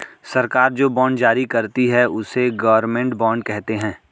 सरकार जो बॉन्ड जारी करती है, उसे गवर्नमेंट बॉन्ड कहते हैं